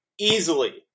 easily